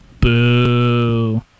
Boo